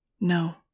No